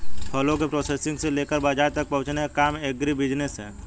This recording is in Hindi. फलों के प्रोसेसिंग से लेकर बाजार तक पहुंचने का काम एग्रीबिजनेस है